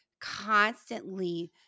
constantly